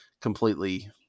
completely